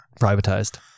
privatized